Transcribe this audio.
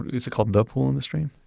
is it called the pool and the stream?